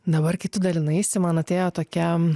dabar kai tu dalinaisi man atėjo tokia